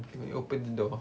they open the door